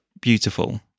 beautiful